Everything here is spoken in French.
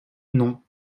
non